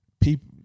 people